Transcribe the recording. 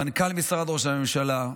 מנכ"ל משרד ראש הממשלה,